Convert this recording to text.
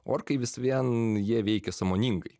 orkai vis vien jie veikė sąmoningai